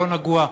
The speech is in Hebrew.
לא נגוע.